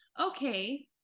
okay